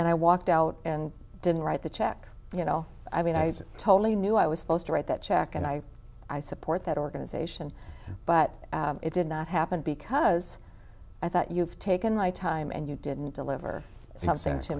and i walked out and didn't write the check you know i mean i was totally new i was supposed to write that check and i i support that organization but it did not happen because i thought you've taken light time and you didn't deliver some